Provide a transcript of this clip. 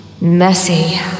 messy